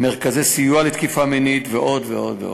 מרכזי סיוע לתקיפה מינית ועוד ועוד ועוד.